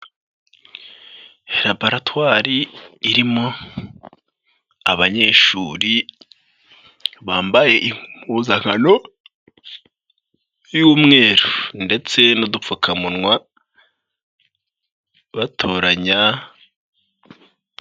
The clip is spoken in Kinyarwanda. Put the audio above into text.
Raboratwari irimo abanyeshuri bambaye impuzankano y'umweru ndetse n'udupfukamunwa, batoranya.